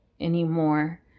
anymore